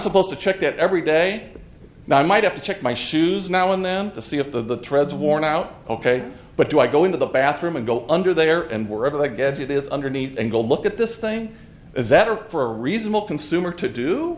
supposed to check that every day now i might have to check my shoes now and then to see if the threads worn out ok but do i go into the bathroom and go under there and wherever the gadget is underneath and go look at this thing is that or for a reasonable consumer to do